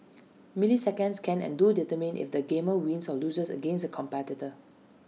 milliseconds can and do determine if the gamer wins or loses against A competitor